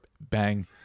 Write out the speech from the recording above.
bang